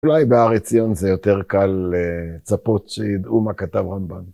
אולי בארץ ציון זה יותר קל לצפות שידעו מה כתב רמבן.